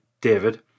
David